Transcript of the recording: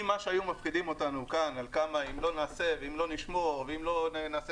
אם מה שהיו מפחידים אותנו כאן שאם לא נעשה ואם לא נשמור ואם לא נעשה